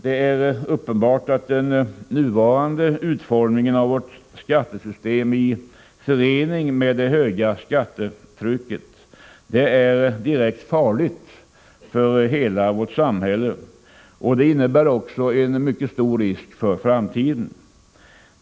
Det är uppenbart att den nuvarande utformningen av vårt skattesystem i förening med det höga skattetrycket är direkt farligt för hela vårt samhälle och innebär en stor risk för framtiden.